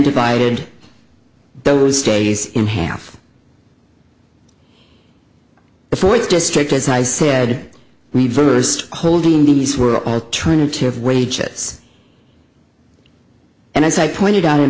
divided those days in half the fourth district as i said reversed holding these were alternative wages and as i pointed out in